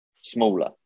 smaller